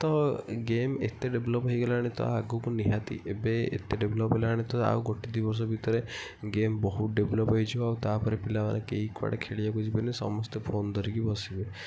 ତ ଗେମ୍ ଏତେ ଡେଭେଲୋପ୍ ହୋଇଗଲାଣି ତ ଆଗକୁ ନିହାତି ଏବେ ଏତେ ଡେଭେଲୋପ୍ ହେଲାଣି ଆଉ ଗୋଟିଏ ଦୁଇ ବର୍ଷ ଭିତରେ ଗେମ୍ ବହୁତ ଡେଭେଲୋପ୍ ହୋଇଯିବ ଆଉ ତା'ପରେ ପିଲା ମାନେ କେହି କୁଆଡ଼େ ଖେଳିବାକୁ ଯିବେନି ସମସ୍ତେ ଫୋନ୍ ଧରିକି ବସିବେ